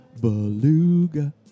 Beluga